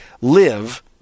live